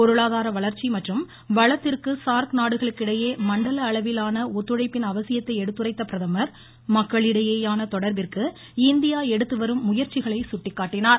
பொருளாதார வளர்ச்சி மற்றும் வளத்திற்கு சார்க் நாடுகளுக்கு இடையே மண்டல அளவிலான ஒத்துழைப்பின் அவசியத்தை எடுத்துரைத்த பிரதமர் மக்களிடையேயான தொடர்பிற்கு இந்தியா எடுத்து வரும் முயற்சிகளை சுட்டிக்காட்டினார்